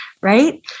right